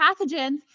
pathogens